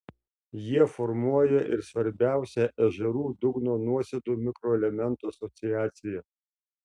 jie formuoja ir svarbiausią ežerų dugno nuosėdų mikroelementų asociaciją